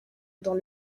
dans